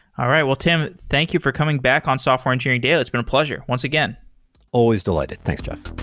all right. well, tim, thank you for coming back on software engineering daily. it's been a pleasure, once again always delighted. thanks, jeff.